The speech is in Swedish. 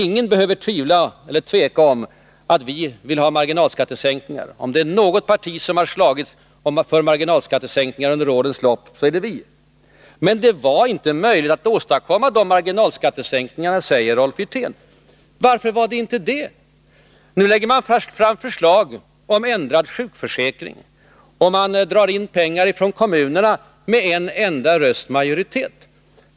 Ingen behöver tveka om att vi vill ha marginalskattesänkningar— om det är något parti som har slagits för marginalskattesänkningar under årens lopp, så 105 är det vi. Men det var inte möjligt att åstadkomma de marginalskattesänkningarna, säger Rolf Wirtén. Varför var det inte det? Nu lägger man fram förslag om ändrad sjukförsäkring, och man drar in pengar från kommunerna med en enda rösts majoritet.